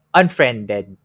unfriended